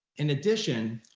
in addition,